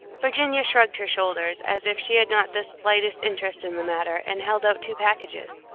virginia shrugged her shoulders, as if she had not the slightest interest in the matter, and held out two packages.